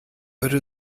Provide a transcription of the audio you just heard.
würde